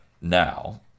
now